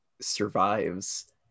survives